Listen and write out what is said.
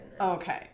okay